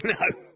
no